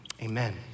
Amen